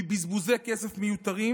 מבזבוזי כסף מיותרים,